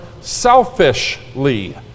selfishly